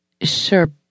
Sure